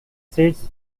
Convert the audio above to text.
states